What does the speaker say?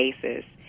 cases